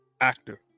actor